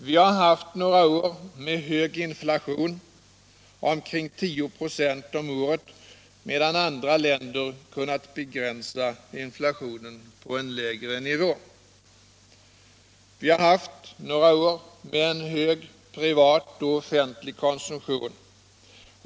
Vi har haft några år med hög inflation, omkring 10 26 om året, medan andra länder har kunnat begränsa inflationen till en lägre nivå. Vi har haft några år med en hög privat och offentlig konsumtion.